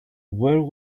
where